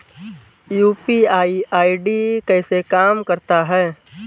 UPI ID कैसे काम करता है?